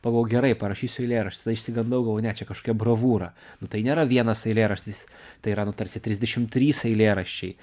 pagalvojau gerai parašysiu eilėraštį tada išsigandau galvojau ne čia kažkokia bravūra nu tai nėra vienas eilėraštis tai yra nu tarsi trisdešim trys eilėraščiai